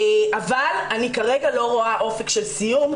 אבל אני כרגע לא רואה אופק של סיום,